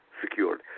secured